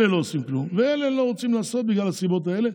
אלה לא עושים כלום ואלה לא רוצים לעשות בגלל הסיבות האלה,